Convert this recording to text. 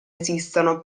esistano